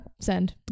send